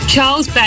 Charles